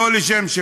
לא "לשם",